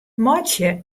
meitsje